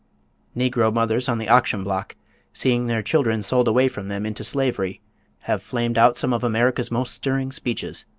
negro mothers on the auction-block seeing their children sold away from them into slavery have flamed out some of america's most stirring speeches.